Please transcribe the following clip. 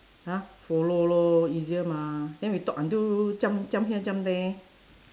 !huh! follow lor easier mah then we talk until jump jump here jump there